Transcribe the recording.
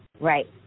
Right